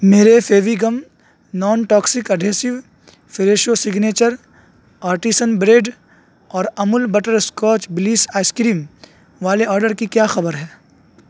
میرے Fevi gum non toxic adhesive Fresho signature artisan bread اور Amul butter scotch bliss ice cream والے order کی کیا خبر ہے